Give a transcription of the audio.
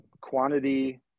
quantity